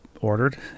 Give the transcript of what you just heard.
ordered